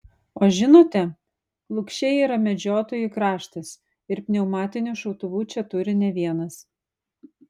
o žinote lukšiai yra medžiotojų kraštas ir pneumatinių šautuvų čia turi ne vienas